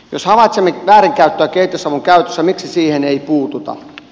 jos havaitsemme väärinkäyttöä kehitysavun käytössä miksi siihen ei puututa